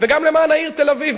וגם למען העיר תל-אביב,